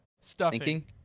Stuffing